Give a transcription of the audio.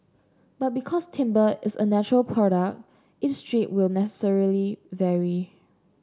but because timber is a natural product each strip will necessarily vary